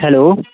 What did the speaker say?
hello